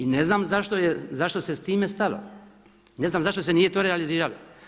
I ne znam zašto se sa time stalo, ne znam zašto se nije to realiziralo.